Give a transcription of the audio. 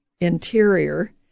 interior